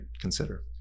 consider